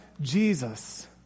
Jesus